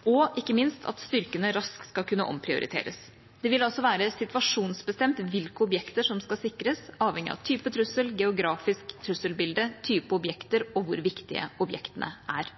– ikke minst – at styrkene raskt skal kunne omprioriteres. Det vil altså være situasjonsbestemt hvilke objekter som skal sikres, avhengig av type trussel, geografisk trusselbilde, type objekter og hvor viktige objektene er.